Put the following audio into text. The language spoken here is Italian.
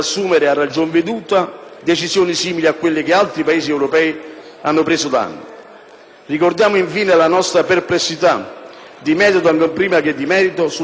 Ricordiamo infine la nostra perplessità, di metodo ancor prima che di merito, sull'articolo 1-*quater* e sulle modifiche riguardanti il Testo unico sull'edilizia popolare